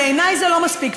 בעיני זה לא מספיק,